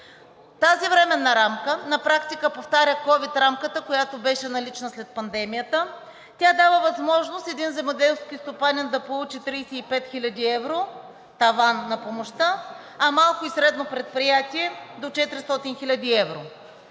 Тази временна рамка на практика повтаря ковид рамката, която беше налична след пандемията. Тя дава възможност един земеделски стопанин да получи 35 хил. евро таван на помощта, а малко и средно предприятие – до 400 хил. евро.